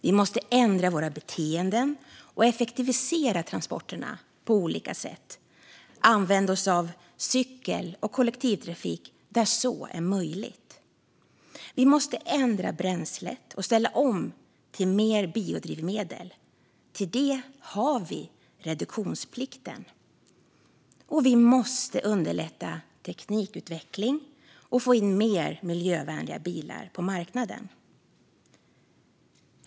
Vi måste ändra våra beteenden och effektivisera transporterna på olika sätt och använda oss av cykel och kollektivtrafik där så är möjligt. Vi måste ändra bränslet och ställa om till mer biodrivmedel. Till det har vi reduktionsplikten. Och vi måste underlätta teknikutveckling och få in mer miljövänliga bilar på marknaden.